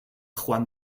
juan